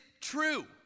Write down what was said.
true